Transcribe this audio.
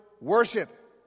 Worship